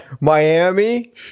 Miami